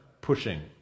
pushing